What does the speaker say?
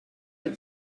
were